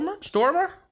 Stormer